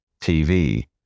TV